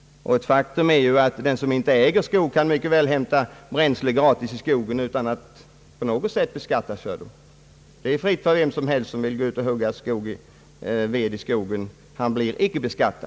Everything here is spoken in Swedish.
Ett faktum är att de som inte äger skog mycket väl kan få hämta bränsle gratis i skogen utan att beskattas för detta.